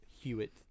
Hewitt